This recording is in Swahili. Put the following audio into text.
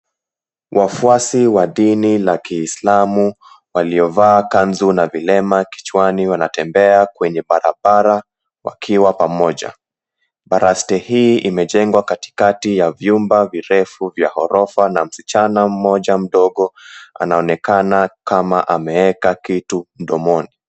Wafuasi wa dini ya kiislamu waliovaa kanzu na vilemba kichwani wanatembea kwenye barabara wakiwa pamoja. Baraste hii imejengwa katikati ya vyumba virefu vya ghorofa na msichana mmoja mdogo anaonekana kama ameeka kitu mdomoni.